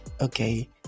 Okay